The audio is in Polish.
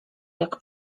jak